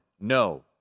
no